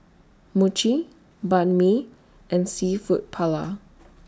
Mochi Banh MI and Seafood Paella